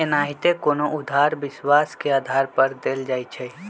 एनाहिते कोनो उधार विश्वास के आधार पर देल जाइ छइ